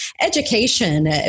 education